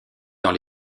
dans